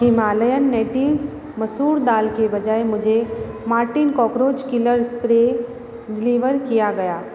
Himalayan natives मसूर दाल के बजाय मुझे Mortein cockroach killer spray deliver किया गया